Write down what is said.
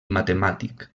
matemàtic